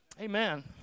Amen